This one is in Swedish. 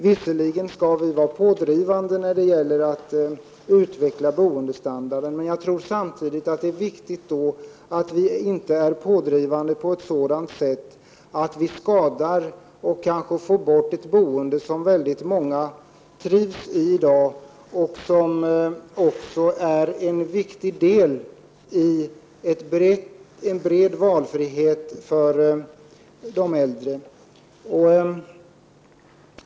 Visserligen skall vi vara pådrivande när det gäller att utveckla boendestandarden, men samtidigt är det viktigt att vi inte är pådrivande på ett sådant sätt att vi åstadkommer skada eller kanske tar bort en boendeform som många äldre människor trivs med i dag och som är en viktig del av deras valfrihet i fråga om boende.